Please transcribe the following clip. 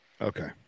Okay